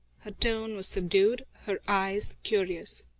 her tone was subdued, her eyes curious.